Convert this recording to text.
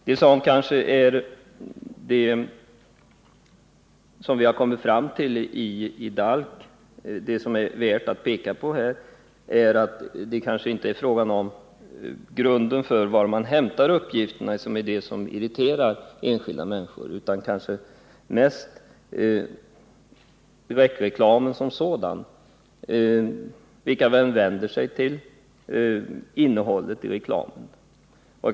Det kan vara värt att erinra om att vi i DALK har kommit fram till att det kanske inte är var man hämtar uppgifterna som irriterar de enskilda människorna, utan mest direktreklamen som sådan — vilka den vänder sig till, innehållet i den osv.